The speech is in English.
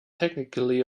technically